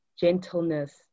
gentleness